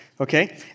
okay